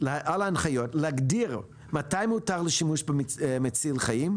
להגדיר מתי מותר שימוש מציל חיים,